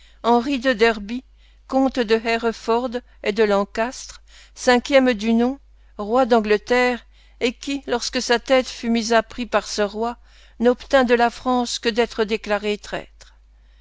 henri de derby comte de hereford et de lancastre cinquième du nom roi d'angleterre et qui lorsque sa tête fut mise à prix par ce roi n'obtint de la france que d'être déclaré traître